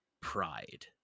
Pride